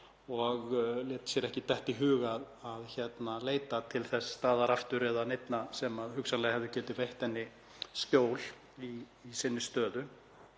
og lét sér ekki detta í hug að leita til þess staðar aftur eða neinna sem hugsanlega hefðu getað veitt henni skjól í hennar stöðu.